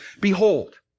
Behold